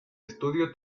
estudio